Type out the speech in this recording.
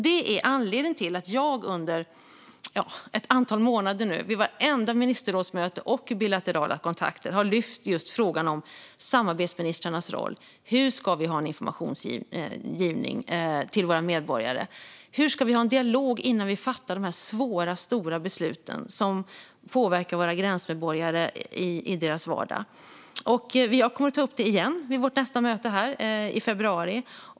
Det är anledningen till att jag under ett antal månader vid vartenda ministerrådsmöte och varenda bilateral kontakt har lyft upp just samarbetsministrarnas roll. Hur ska vi ha en informationsgivning till våra medborgare? Hur ska vi ha en dialog innan vi fattar de här svåra, stora besluten som påverkar våra gränsmedborgare i deras vardag? Jag kommer att ta upp det igen vid vårt nästa möte i februari.